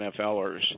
NFLers